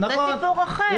עם מגויסי פנים, זה סיפור אחר.